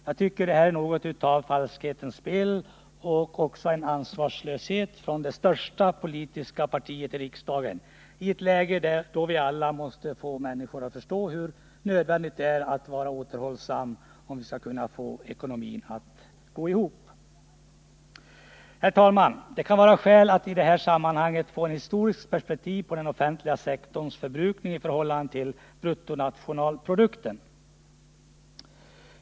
Jag tycker att det är något av falskhetens spel och också en ansvarslöshet från det största politiska partiet i riksdagen i ett läge, då vi alla måste få människorna att förstå hur nödvändigt det är att vara återhållsam om vi skall få ekonomin att gå ihop. Herr talman! Det kan vara skäl att i detta sammanhang få ett historiskt perspektiv på den offentliga förbrukningen i förhållande till bruttonationalprodukten.